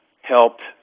helped